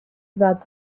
about